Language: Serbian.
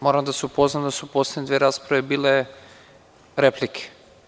Moram da vas upoznam da su poslednje dve rasprave bile replike.